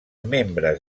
membres